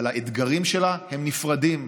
אבל האתגרים שלה הם נפרדים.